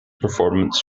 performance